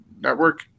network